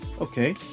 okay